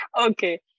Okay